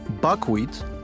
buckwheat